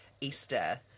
Easter